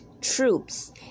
troops